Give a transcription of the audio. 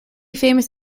famous